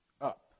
up